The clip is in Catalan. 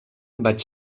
vaig